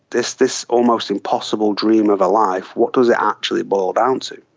this this almost impossible dream of a life, what does it actually boil down to?